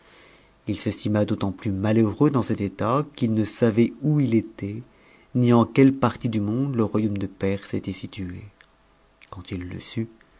t s'estima d'autant plus malheureux dans cet état qu'i ne savait où i était ni en queue partie du monde le royaume de perse était situé quand feût su